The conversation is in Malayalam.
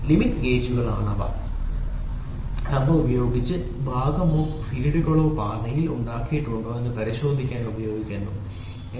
ലിമിറ്റ് ഗേജുകൾ ഗേജുകളാണ് അവ ഉൽപാദിപ്പിച്ച ഭാഗമോ ഫീഡുകളോ പാതയിൽ ഉണ്ടാക്കിയിട്ടുണ്ടോ എന്ന് പരിശോധിക്കാൻ ഉപയോഗിക്കുന്നു ശരി